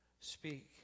Speak